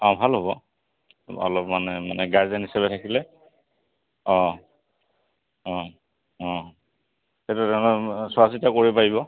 অঁ ভাল হ'ব অলপ মানে মানে গাৰ্জেন হিচাপে থাকিলে অঁ অঁ অঁ অঁ সেইটো চোৱা চিতা কৰিব পাৰিব